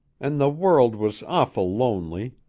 an' the world was awful lonely.